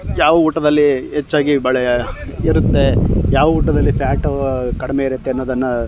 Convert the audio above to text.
ಯಾವ ಊಟದಲ್ಲಿ ಹೆಚ್ಚಾಗಿ ಬಳಕೆ ಇರುತ್ತೆ ಯಾವ ಊಟದಲ್ಲಿ ಫ್ಯಾಟು ಕಡಿಮೆ ಇರುತ್ತೆ ಅನ್ನೊದನ್ನು